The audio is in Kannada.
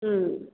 ಹ್ಞೂ